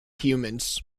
humans